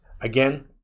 Again